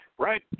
Right